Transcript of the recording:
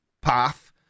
path